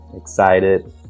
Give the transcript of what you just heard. excited